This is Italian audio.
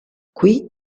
qui